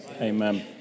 Amen